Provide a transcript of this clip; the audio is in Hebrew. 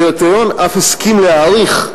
הדירקטוריון אף הסכים להאריך,